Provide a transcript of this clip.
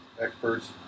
experts